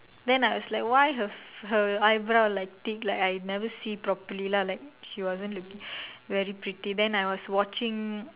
then I was like why her her eyebrow like thick like I never see really properly lah like she wasn't looking very pretty then I was watching